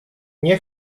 nie